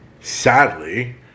sadly